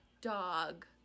Dog